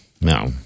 No